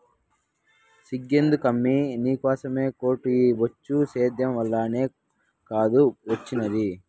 సిగ్గెందుకమ్మీ నీకోసమే కోటు ఈ బొచ్చు సేద్యం వల్లనే కాదూ ఒచ్చినాది